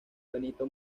benito